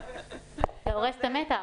זה הורס את המתח.